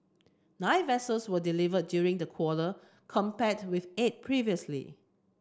nine vessels were delivered during the quarter compared with eight previously